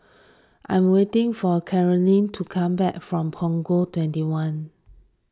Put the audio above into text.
I am waiting for Carolynn to come back from Punggol twenty one